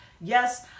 yes